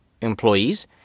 employees